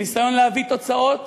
בניסיון להביא תוצאות